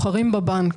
בבנק,